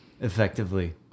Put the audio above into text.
Effectively